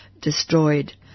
destroyed